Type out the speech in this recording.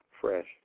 Fresh